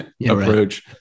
approach